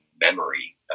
memory